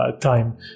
time